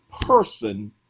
person